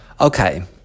Okay